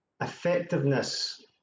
Effectiveness